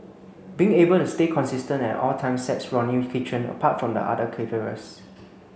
being able to stay consistent at all times sets Ronnie Kitchen apart from the other caterers